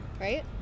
right